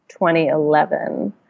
2011